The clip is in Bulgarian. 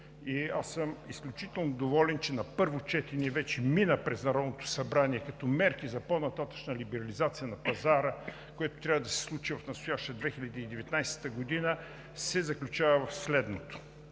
аз съм изключително доволен, че на първо четене вече мина през Народното събрание като мерки за по нататъшна либерализация на пазара, което трябва да се случи в настоящата 2019 г. – се заключава в следното.